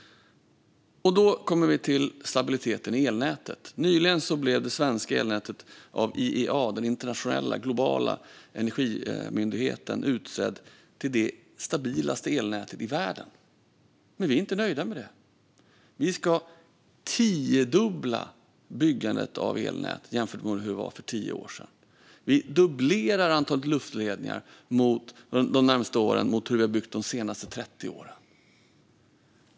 Så till stabiliteten i elnätet. Nyligen blev det svenska elnätet av IEA, det internationella energirådet, utsett till det stabilaste elnätet i världen. Men vi är inte nöjda med det. Vi tiodubblar utbyggnaden av elnätet jämfört med för tio år sedan. Vi dubblerar antalet luftledningar de närmaste åren jämfört med hur många som byggts de senaste 30 åren.